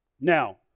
Now